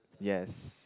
yes